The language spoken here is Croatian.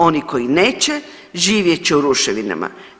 Oni koji neće živjet će u ruševinama.